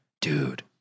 Dude